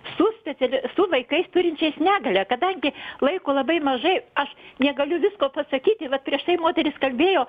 su specialia su vaikais turinčiais negalią kadangi laiko labai mažai aš negaliu visko pasakyti vat prieš tai moteris kalbėjo